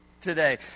today